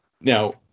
now